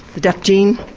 the deaf gene.